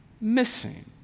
missing